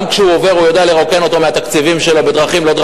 גם כשהוא עובר הוא יודע לרוקן אותו מהתקציבים שלו בדרכים-לא-דרכים.